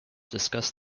discuss